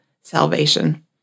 salvation